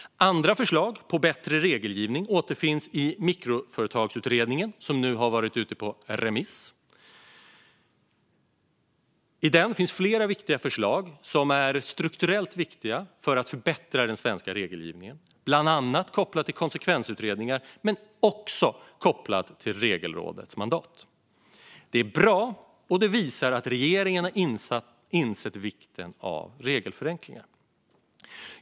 Andra förslag på bättre regelgivning återfinns i mikroföretagsutredningen, som nu har varit ute på remiss. I den finns flera viktiga förslag som är strukturellt viktiga för att förbättra den svenska regelgivningen, bland annat kopplat till konsekvensutredningar men också kopplat till Regelrådets mandat. Det är bra, och det visar att regeringen har insett vikten av regelförenklingar.